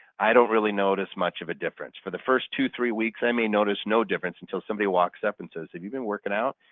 i don't really notice much of a difference. for the first two, three weeks i may notice no difference until somebody walks up and says, have you been working out?